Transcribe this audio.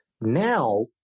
Now